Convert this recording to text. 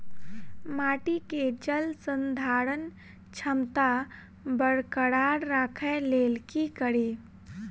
माटि केँ जलसंधारण क्षमता बरकरार राखै लेल की कड़ी?